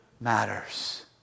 matters